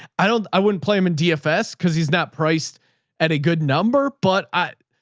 i don't, i wouldn't play him in dfs cause he's not priced at a good number, but i,